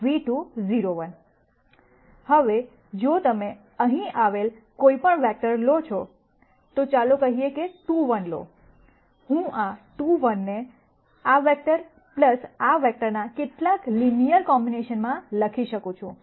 હવે ₁ ₂ જો તમે અહીં આવેલ કોઈપણ વેક્ટર લો છો તો ચાલો કહીએ કે 2 1 લો હું 2 1 ને આ વેક્ટર આ વેક્ટરના કેટલાક લિનયર કોમ્બિનેશન માં લખી શકું છું